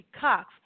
Cox